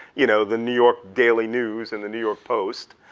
you know, the new york daily news and the new york post,